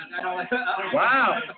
Wow